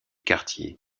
quartier